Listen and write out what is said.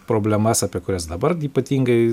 problemas apie kurias dabar ypatingai